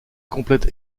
complète